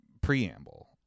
preamble